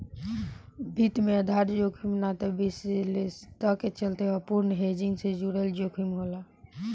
वित्त में आधार जोखिम ना त विशेषता के चलते अपूर्ण हेजिंग से जुड़ल जोखिम होला